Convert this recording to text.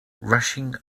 rushing